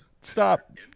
Stop